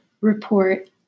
report